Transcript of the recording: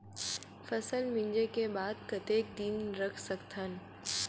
फसल मिंजे के बाद कतेक दिन रख सकथन?